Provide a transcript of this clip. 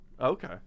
Okay